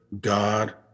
God